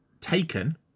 taken